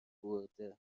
برده، ته